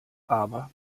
aber